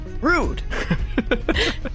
rude